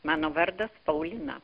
mano vardas paulina